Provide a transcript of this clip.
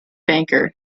banker